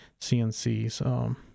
CNCs